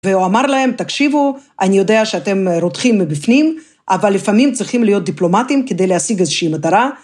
‫והוא אמר להם, תקשיבו, ‫אני יודע שאתם רותחים מבפנים, ‫אבל לפעמים צריכים להיות דיפלומטים ‫כדי להשיג איזושהי מטרה.